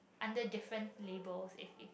under different labels if if